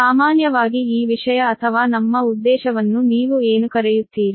ಸಾಮಾನ್ಯವಾಗಿ ಈ ವಿಷಯ ಅಥವಾ ನಮ್ಮ ಉದ್ದೇಶವನ್ನು ನೀವು ಏನು ಕರೆಯುತ್ತೀರಿ